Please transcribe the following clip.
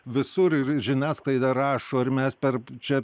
visur ir ir žiniasklaida rašo ir mes per čia